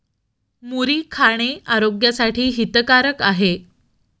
मुरी खाणे आरोग्यासाठी हितकारक आहे